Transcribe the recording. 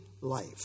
life